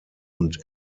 und